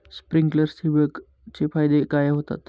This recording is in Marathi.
स्प्रिंकलर्स ठिबक चे फायदे काय होतात?